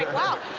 wow.